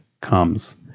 comes